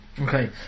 Okay